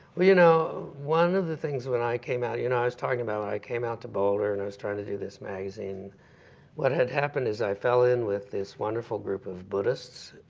you know one of the things when i came out you know i was talking about when i came out to boulder and i was trying to do this magazine what had happened is i fell in with this wonderful group of buddhists.